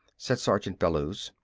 said sergeant bellews.